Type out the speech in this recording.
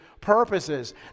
purposes